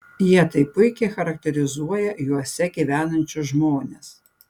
jie taip puikiai charakterizuoja juose gyvenančius žmones